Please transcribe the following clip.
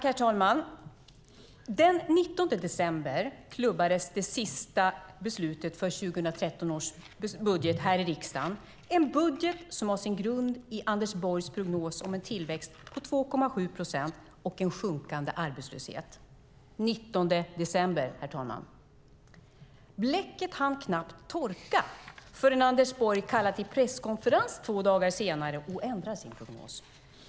Herr talman! Den 19 december klubbades det sista beslutet om 2013 års budget här i riksdagen, en budget som har sin grund i Anders Borgs prognos om en tillväxt på 2,7 procent och en sjunkande arbetslöshet. Det var den 19 december, herr talman. Bläcket hann knappt torka förrän Anders Borg kallade till presskonferens två dagar senare och ändrade sin prognos.